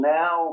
now